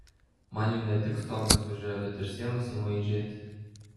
man jau ne tik stogas važiuoja bet ir sienos ima aižėti